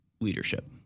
leadership